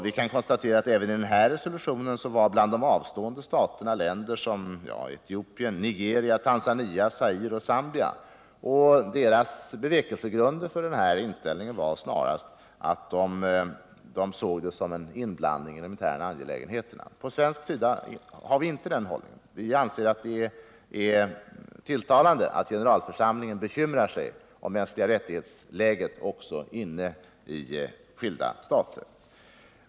Vi kan konstatera att även när det gäller den här resolutionen var bland de avstående länder som Etiopien, Nigeria, Tanzania, Zaire och Zambia. Deras bevekelsegrunder för denna inställning var snarast att de såg resolutionen som en inblandning i de interna angelägenheterna. Från svensk sida har vi inte den hållningen. Vi anser att det är tilltalande att generalförsamlingen bekymrar sig om läget när det gäller de mänskliga rättigheterna också inne i skilda stater.